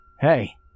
Hey